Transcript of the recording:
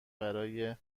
برای